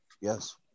Yes